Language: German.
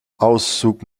auszug